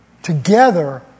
Together